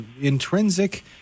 intrinsic